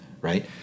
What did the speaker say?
right